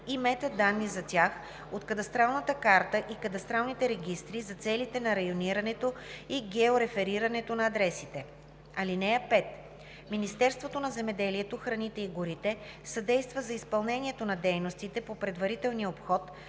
и метаданни за тях от кадастралната карта и кадастралните регистри за целите на районирането и геореферирането на адресите. (5) Министерството на земеделието, храните и горите съдейства за изпълнението на дейностите по предварителния обход,